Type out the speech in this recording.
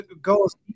goes